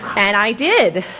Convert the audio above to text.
and i did.